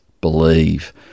believe